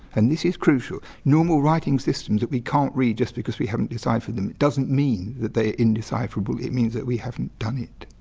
and this is crucial. normal writing systems that we can't read just because we haven't deciphered them doesn't mean that they indecipherable it means that we haven't done it.